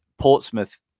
Portsmouth